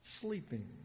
sleeping